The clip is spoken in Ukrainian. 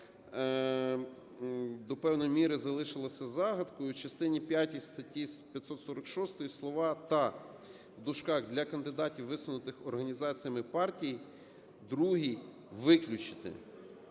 до певної міри залишилася загадкою: у частині п'ятій статті 546 слова "та (для кандидатів, висунутих організаціями партій) другій" виключити.